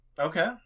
Okay